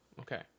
Okay